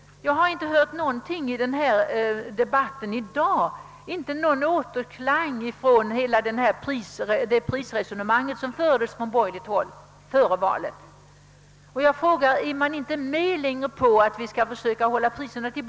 Jag har emellertid inte i dagens debatt hört någon återklang av det prisresonemang, som fördes på borgerligt håll före valet. Jag vill därför fråga, om man inte längre är med på att försöka hålla priserna nere.